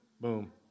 Boom